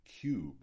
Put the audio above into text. cube